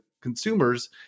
consumers